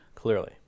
Clearly